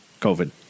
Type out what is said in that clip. COVID